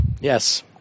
yes